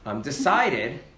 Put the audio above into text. decided